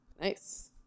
Nice